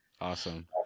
Awesome